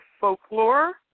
folklore